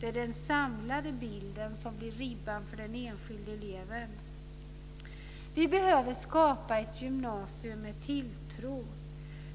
Det är den samlade bilden som blir ribban för den enskilde eleven. Vi behöver skapa ett gymnasium med tilltro.